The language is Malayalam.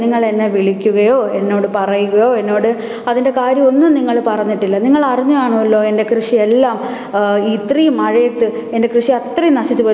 നിങ്ങൾ തന്നെ വിളിക്കുകയോ എന്നോട് പറയുകയോ എന്നോട് അതിന്റെ കാര്യമൊന്നും നിങ്ങൾ പറഞ്ഞിട്ടില്ല നിങ്ങൾ അറിഞ്ഞ് കാണുമല്ലൊ എന്റെ കൃഷിയെല്ലാം ഇത്രയും മഴയത്ത് എന്റെ കൃഷി അത്രയും നശിച്ചു പോയി